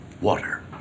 Water